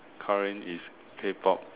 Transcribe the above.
current is K-pop